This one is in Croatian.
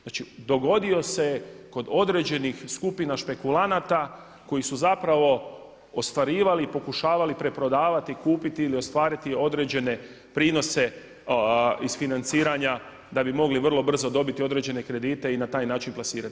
Znači dogodio se kod određenih skupina špekulanata koji su zapravo ostvarivali i pokušavali preprodavati, kupiti ili ostvariti određene prinose iz financiranja da bi mogli vrlo brzo dobiti određene kredite i na taj način plasirati.